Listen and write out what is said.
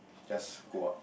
just go up